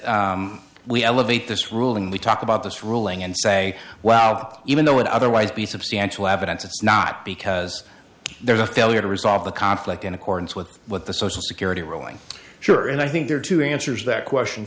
we elevate this ruling we talk about this ruling and say wow even though it otherwise be substantial evidence it's not because there's a failure to resolve the conflict in accordance with what the social security ruling sure and i think there are two answers that question